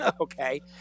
Okay